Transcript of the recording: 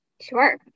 Sure